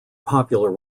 popular